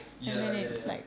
ya ya ya